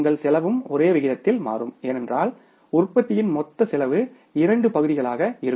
உங்கள் செலவும் ஒரே விகிதத்தில் மாறும் ஏனென்றால் உற்பத்தியின் மொத்த செலவு இரண்டு பகுதிகளாக இருக்கும்